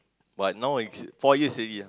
but now it's four years already ah